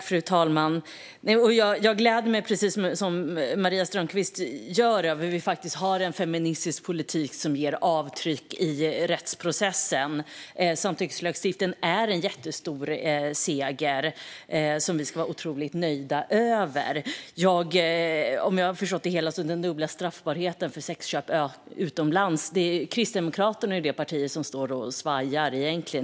Fru talman! Precis som Maria Strömkvist gläder jag mig över att vi har en feministisk politik som ger avtryck i rättsprocessen. Samtyckeslagstiftningen är en jättestor seger som vi ska vara otroligt nöjda med. Om jag förstått det rätt vad gäller dubbel straffbarhet för sexköp utomlands är Kristdemokraterna det parti som står och svajar.